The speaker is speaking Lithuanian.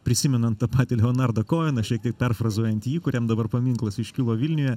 prisimenant tą patį leonardą koeną šiek tiek perfrazuojant jį kuriam dabar paminklas iškilo vilniuje